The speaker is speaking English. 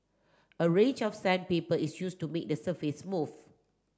a range of sandpaper is used to make the surface smooth